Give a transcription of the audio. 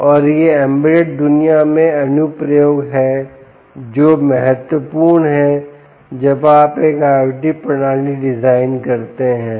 और यह एम्बेडेड दुनिया में अनुप्रयोग है जो महत्वपूर्ण है जब आप एक IOT प्रणाली डिजाइन करते हैं